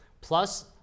plus